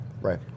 Right